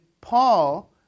Paul